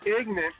ignorant